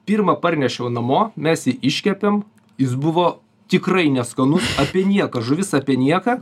pirmą parnešiau namo mes jį iškepėm jis buvo tikrai neskanus apie nieką žuvis apie nieką